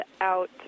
out